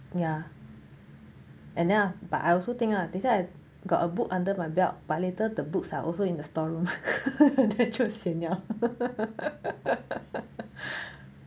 ya and then but I also think lah 等一下 I got a book under my belt but later the books are also in the storeroom then 就 sian liao